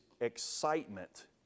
excitement